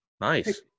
Nice